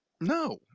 No